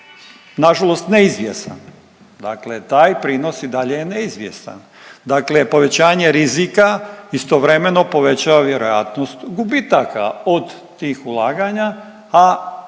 nažalost neizvjestan. Dakle taj prinos i dalje je neizvjestan. Dakle povećanje rizika istovremeno povećava vjerojatnost gubitaka od tih ulaganja, a